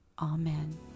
Amen